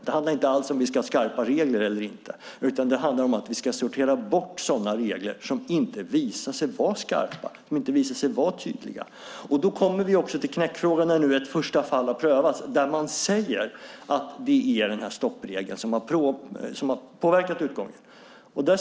Det handlar inte om ifall vi ska ha skarpa regler eller inte. Det handlar om att vi ska sortera bort sådana regler som inte visar sig vara skarpa, som inte visar sig vara tydliga. Därmed kommer vi till knäckfrågan, när nu ett första fall har prövats. Man säger nämligen att det är stoppregeln som har påverkat utgången.